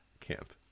Camp